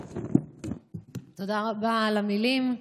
תודה רבה על המילים.